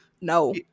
No